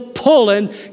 pulling